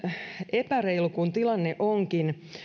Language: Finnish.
epäreilu kuin tilanne onkin